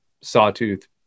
Sawtooth